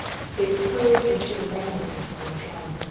its courage and sheer recklessness from jean.